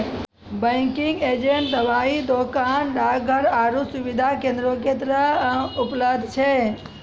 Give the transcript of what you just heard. banking agent दबाइ दोकान, डाकघर आरु सुविधा केन्द्रो के तरह उपलब्ध छै